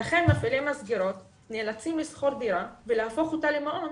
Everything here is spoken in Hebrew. לכן מפעילי מסגרות נאלצים לשכור דירה ולהפוך אותה למעון